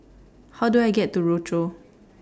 How Do I get to Rochor